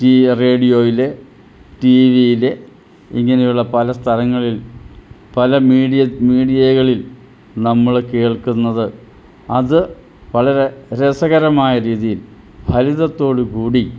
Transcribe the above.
റേഡിയോയിൽ ടീ വിയിൽ ഇങ്ങനെയുള്ള പല സ്ഥലങ്ങളിൽ പല മീഡിയ മീഡിയകളിൽ നമ്മൾ കേൾക്കുന്നത് അത് വളരെ രസകരമായ രീതിയിൽ ഫലിതത്തോട് കൂടി